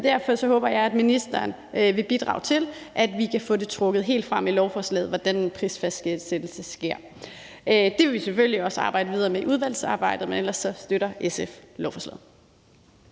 Derfor håber jeg, at ministeren vil bidrage til, at vi kan få trukket helt frem i lovforslaget, hvordan en prisfastsættelse sker. Det vil vi selvfølgelig også arbejde videre med i udvalgsarbejdet, men ellers støtter SF lovforslaget.